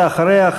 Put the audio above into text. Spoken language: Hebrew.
ואחריה,